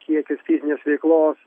kiekis fizinės veiklos